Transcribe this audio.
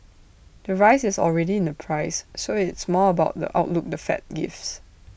the rise is already in the price so it's more about the outlook the fed gives